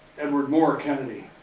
edward moore kennedy.